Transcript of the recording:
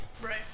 Right